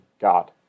God